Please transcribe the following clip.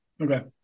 Okay